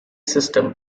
system